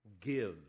give